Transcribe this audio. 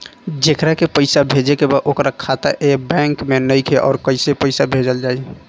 जेकरा के पैसा भेजे के बा ओकर खाता ए बैंक मे नईखे और कैसे पैसा भेजल जायी?